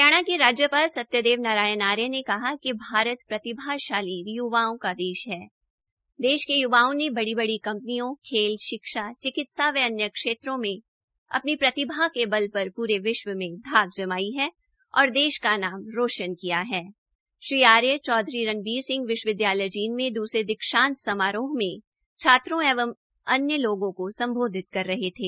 हरियाणा के राज्यापाल सत्यदेव नारायण आर्य ने कहा कि भारत प्रतिभाशाली युवाओं का देश हण देश के य्वाओं ने बड़ी बड़ी कंपनियों खेल शिक्षा चिकित्सा व अन्य क्षेत्रों में अपनी प्रतिभा के बल पर पूरे विश्व में धाक जमाई हाऔर देश का नाम रोशन किया हण श्री आर्य चौधरी रणबीर सिंह विश्वविद्यालय जींद में द्सरे दीक्षांत समारोह में विद्यार्थियों एवं अन्य लोगों को सम्बोधित कर रहे थे